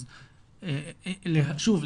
אז שוב,